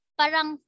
parang